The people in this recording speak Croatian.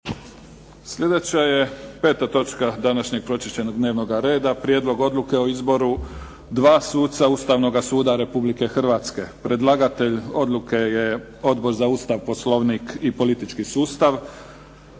Slijedeća je točka današnjeg pročišćenog dnevnoga reda - Prijedlog odluke o izboru dva suca Ustavnog suda Republike Hrvatske, Predlagatelj: Odbor za Ustav, Poslovnik i politički sustav